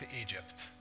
Egypt